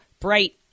bright